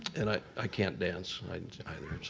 and i i can't dance either, so.